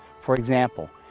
for example,